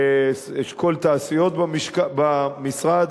לאשכול תעשיות במשרד.